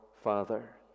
father